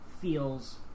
feels